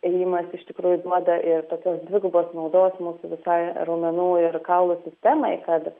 ėjimas iš tikrųjų duoda ir tokios dvigubos naudos mūsų visai raumenų ir kaulų sistemai kad